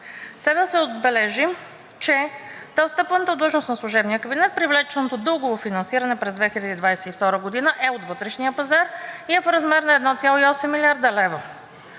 да се отбележи, че при встъпването в длъжност на служебния кабинет привлеченото дългово финансиране през 2022 г. е от вътрешния пазар и е в размер на 1,8 млрд. лв.